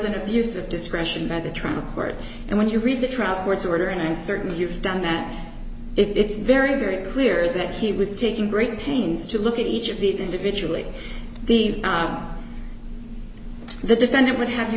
an abuse of discretion by the trial court and when you read the trial court's order and certainly you've done that it's very very clear that he was taking great pains to look at each of these individually the the defendant would have you